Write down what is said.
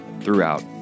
throughout